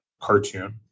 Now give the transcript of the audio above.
cartoon